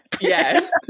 Yes